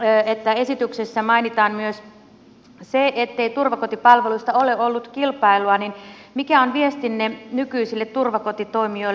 kun esityksessä mainitaan myös se ettei turvakotipalveluista ole ollut kilpailua niin mikä on viestinne nykyisille turvakotitoimijoille